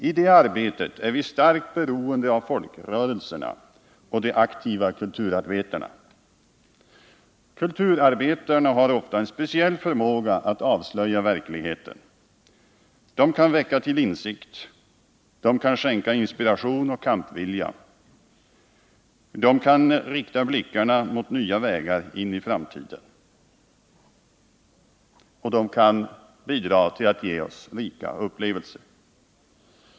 I det arbetet är vi starkt beroende av folkrörelserna och de aktiva kulturarbetarna. Kulturarbetarna har ofta en speciell förmåga att avslöja verkligheten. De kan väcka till insikt. De kan skänka inspiration och kampvilja. De kan rikta blickarna mot nya vägar in i framtiden, och de kan bidra till att ge oss rika upplevelser.